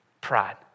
Pride